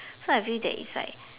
so I feel that it's like